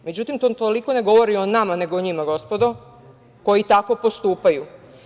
Međutim, to toliko ne govori o nama, nego o njima gospodo, koji tako postupaju.